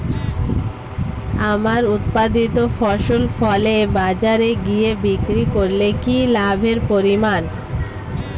আমার উৎপাদিত ফসল ফলে বাজারে গিয়ে বিক্রি করলে কি লাভের পরিমাণ?